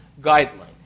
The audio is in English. guideline